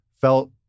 felt